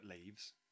leaves